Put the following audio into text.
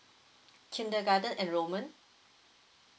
kindergarten enrollment